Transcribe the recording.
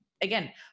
Again